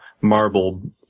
marble